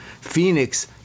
Phoenix